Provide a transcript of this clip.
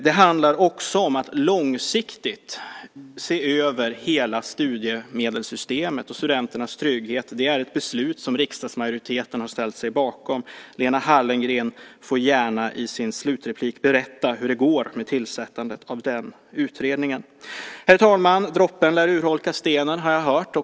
Det handlar också om att långsiktigt se över hela studiemedelssystemet och studenternas trygghet. Det är ett beslut som riksdagsmajoriteten har ställt sig bakom. Lena Hallengren får gärna i sitt slutinlägg berätta hur det går med tillsättandet av den utredningen. Herr talman! Droppen lär urholka stenen, har jag hört.